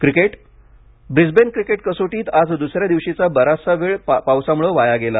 cricket Brisbane cricket कसोटीत आज दुसऱ्या दिवशीचा बराचसा वेळ पावसामुळे वाया गेला